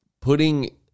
putting